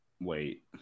Wait